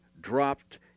dropped